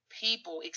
people